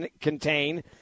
contain